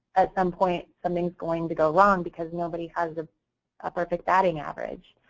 at some point, something is going to go wrong because nobody has a ah perfect batting average.